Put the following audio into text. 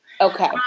Okay